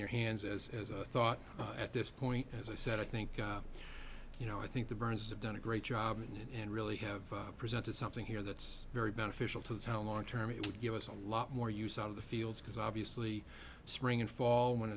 your hands as as i thought at this point as i said i think you know i think the burns have done a great job and really have presented something here that's very beneficial to the town long term it would give us a lot more use out of the fields because obviously spring and fall when